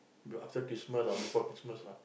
be after Christmas or before Christmas lah